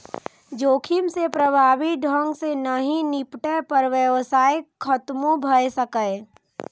जोखिम सं प्रभावी ढंग सं नहि निपटै पर व्यवसाय खतमो भए सकैए